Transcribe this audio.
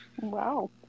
Wow